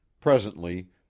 Presently